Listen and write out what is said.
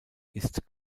ist